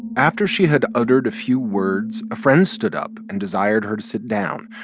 after she had uttered a few words, a friend stood up and desired her to sit down.